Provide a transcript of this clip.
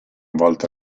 volta